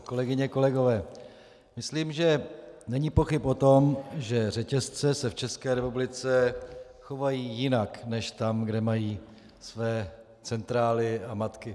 Kolegyně, kolegové, myslím, že není pochyb o tom, že řetězce se v České republice chovají jinak než tam, kde mají své centrály a matky.